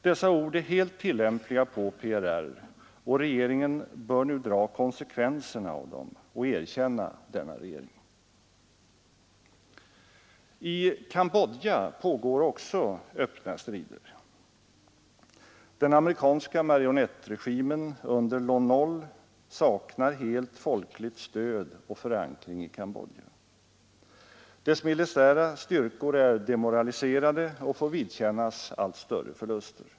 Dessa ord är helt tillämpliga på PRR, och regeringen bör nu dra konsekvenserna av dem och erkänna PRR. I Cambodja pågår också öppna strider. Den amerikanska marionettregimen under Lon Nol saknar helt och hållet folkligt stöd och förankring i Cambodja. Dess militära styrkor är demoraliserade och får vidkännas allt svårare förluster.